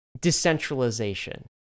decentralization